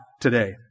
today